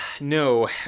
No